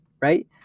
right